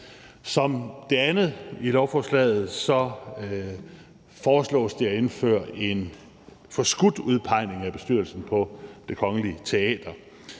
Som det andet i lovforslaget foreslås det at indføre en forskudt udpegning af bestyrelsen på Det Kongelige Teater.